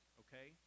okay